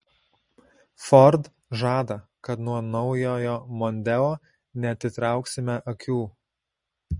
ford žada kad nuo naujojo mondeo neatitrauksime akių